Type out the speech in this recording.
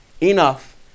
enough